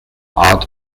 out